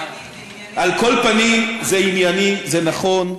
על כל פנים, זה ענייני, זה נכון,